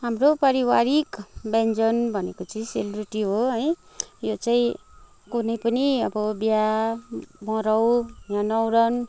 हाम्रो परिवारिक व्यञ्जन भनेको चाहिँ सेलरोटी हो है यो चाहिँ कुनै पनि अब बिहा मराउ या न्वारन